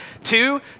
Two